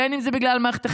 בין שזה בגלל מערכת החינוך,